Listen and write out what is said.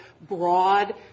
broad